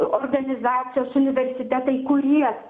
organizacijos universitetai kurie